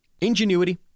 Ingenuity